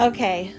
Okay